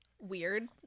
Weird